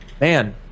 man